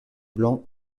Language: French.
blanc